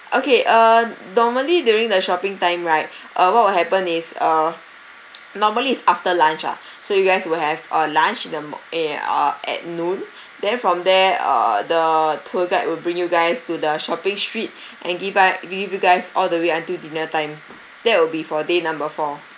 okay uh normally during the shopping time right uh what will happen is uh normally it's after lunch ah so you guys will have a lunch them in uh at noon then from there err the tour guide will bring you guys to the shopping streets and give time give you guys all the way until dinner time that will be for day number four